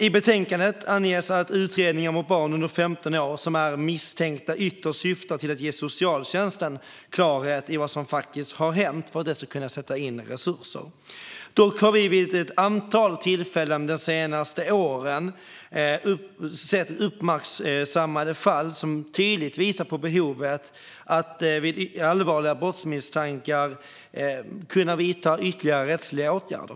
I betänkandet anges att utredningar mot barn under 15 år som är misstänkta ytterst syftar till att ge socialtjänsten klarhet i vad som har hänt för att den ska kunna sätta in resurser. Dock har vi vid ett antal tillfällen de senaste åren sett uppmärksammade fall som tydligt visat på behovet av att vid allvarliga brottsmisstankar kunna vidta ytterligare rättsliga åtgärder.